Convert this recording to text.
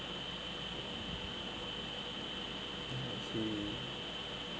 mm